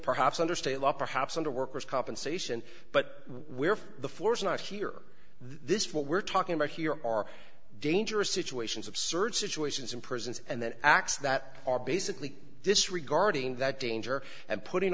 perhaps under state law perhaps under worker's compensation but where the force not hear this what we're talking about here are dangerous situations absurd situations in prisons and then acts that are basically disregarding that danger and putting